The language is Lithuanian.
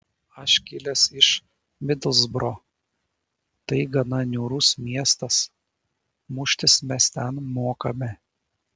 aš kilęs iš midlsbro tai gana niūrus miestas muštis mes ten mokame